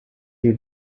you